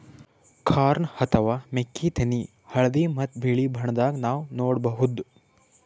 corn ಅಥವಾ ಮೆಕ್ಕಿತೆನಿ ಹಳ್ದಿ ಮತ್ತ್ ಬಿಳಿ ಬಣ್ಣದಾಗ್ ನಾವ್ ನೋಡಬಹುದ್